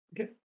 Okay